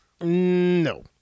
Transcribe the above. No